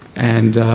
and